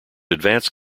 advanced